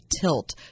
tilt